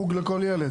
חוג לכל ילד.